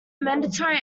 mandatory